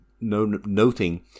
noting